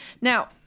Now